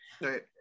right